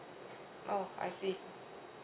oh I see